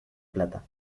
plata